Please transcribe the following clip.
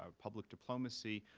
um public diplomacy,